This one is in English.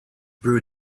brew